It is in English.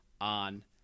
on